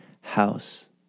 house